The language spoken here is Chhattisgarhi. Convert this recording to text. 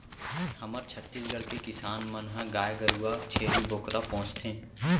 हमर छत्तीसगढ़ के किसान मन ह गाय गरूवा, छेरी बोकरा पोसथें